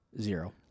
Zero